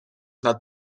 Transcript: nad